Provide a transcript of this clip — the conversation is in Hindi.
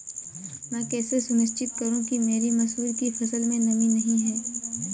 मैं कैसे सुनिश्चित करूँ कि मेरी मसूर की फसल में नमी नहीं है?